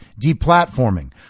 deplatforming